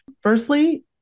Firstly